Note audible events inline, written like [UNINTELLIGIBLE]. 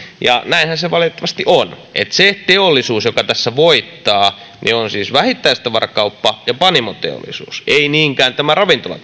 ja näinhän se valitettavasti on että se joka tässä voittaa on siis vähittäistavarakauppa ja panimoteollisuus ei niinkään tämä ravintola [UNINTELLIGIBLE]